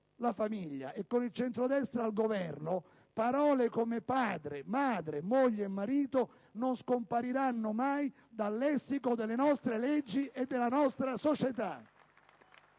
la famiglia e, con il centrodestra al Governo, parole come padre, madre, moglie e marito non scompariranno mai dal lessico delle nostre leggi e della nostra società.